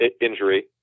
injury